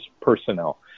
personnel